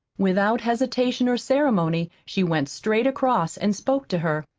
without hesitation or ceremony she went straight across and spoke to her.